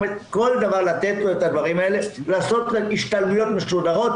לתת לו את הדברים האלה ולעשות השתלמויות מסודרות